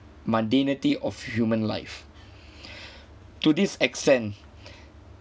mundanity of human life to this extent